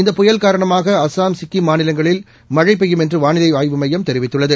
இந்த புயல் காரணமாக அசாம் சிக்கிம் மாநிலங்களில் மழை பெய்யும் என்றும் வானிலை மையம் தெரிவித்துள்ளது